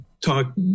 talk